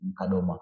Kadoma